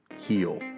heal